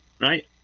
right